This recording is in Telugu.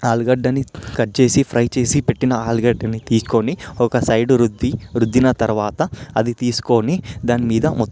ఆలుగడ్డని కట్ చేసి ఫ్రై చేసి పెట్టిన ఆలుగడ్డని గీక్కొని ఒక సైడ్ రుద్ది రుద్దిన తరువాత అది తీసుకొని దాని మీద మొత్తం